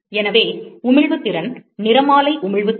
எனவே உமிழ்வு திறன் நிறமாலை உமிழ்வு திறன்